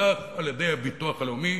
מבוטחים על-ידי הביטוח הלאומי.